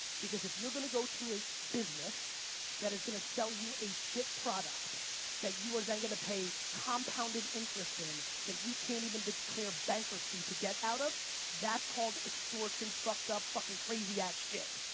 because if you're gonna go to a business that is gonna sell you a shit product that you are then gonna pay compounded interest in that you can't even declare bankruptcy to get out of that's called extortion fucked up fucking crazy ass shit.